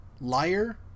Liar